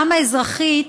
גם האזרחית,